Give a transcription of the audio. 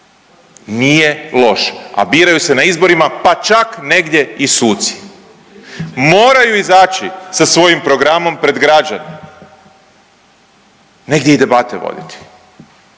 nije loš, a biraju se na izborima pa čak negdje i suci, moraju izaći sa svojim programom pred građane, negdje i debate voditi,